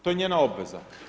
To je njena obveza.